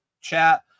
chat